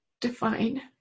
define